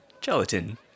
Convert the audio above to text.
gelatin